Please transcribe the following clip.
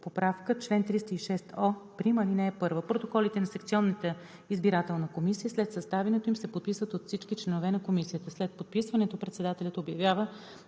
Поправка Чл. 306о' (1) Протоколите на секционната избирателна комисия след съставянето им се подписват от всички членове на комисията. След подписването председателят обявява